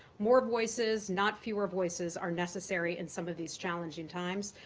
more voices, not fewer voices, are necessary in some of these challenging times.